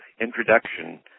introduction